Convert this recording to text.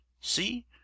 see